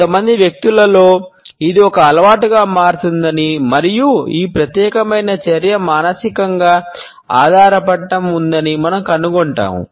కొంతమంది వ్యక్తులలో ఇది ఒక అలవాటుగా మారుతుందని మరియు ఈ ప్రత్యేకమైన చర్య మానసికంగా ఆధారపడటం ఉందని మనం కనుగొంటాము